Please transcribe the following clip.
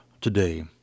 today